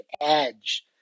edge